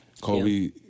Kobe